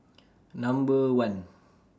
Number one